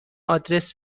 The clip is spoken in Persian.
آدرس